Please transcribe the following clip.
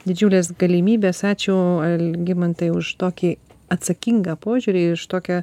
didžiulės galimybės ačiū algimantai už tokį atsakingą požiūrį tokią